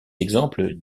exemples